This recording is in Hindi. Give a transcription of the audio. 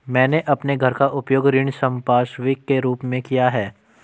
मैंने अपने घर का उपयोग ऋण संपार्श्विक के रूप में किया है